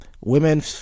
women